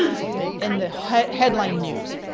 excuse me, in the headline news.